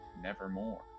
nevermore